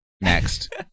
Next